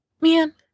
man